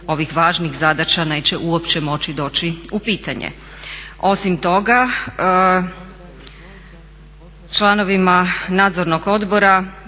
ovih važnih zadaća neće uopće moći doći u pitanje. Osim toga, članovima Nadzornog odbora